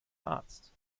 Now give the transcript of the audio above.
arzt